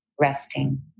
resting